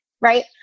Right